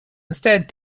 instead